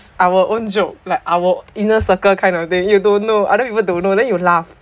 our own joke like our inner circle kind of thing you don't know other people don't you know then you laugh